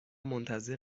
منتظر